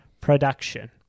production